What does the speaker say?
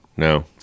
No